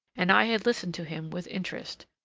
and i had listened to him with interest.